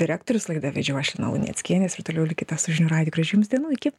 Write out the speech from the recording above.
direktorius laidą vedžiau aš lina luneckienė jūs ir toliau likite su žinių radiju gražių jums dienų iki